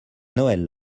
noël